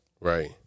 Right